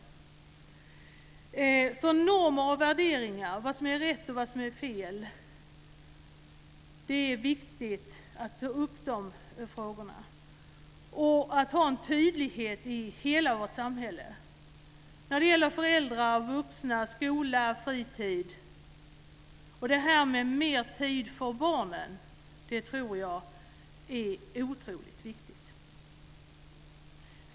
Det är viktigt att ta upp frågor om normer och värderingar - vad som är rätt och vad som är fel. Det måste finnas en tydlighet i hela vårt samhälle. Det gäller föräldrar, vuxna, skola och fritid. Jag tror att det är otroligt viktigt med mer tid för barnen.